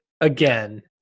again